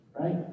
right